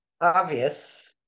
obvious